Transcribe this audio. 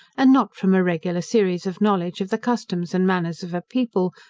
and not from a regular series of knowledge of the customs and manners of a people,